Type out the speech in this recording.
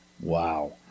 Wow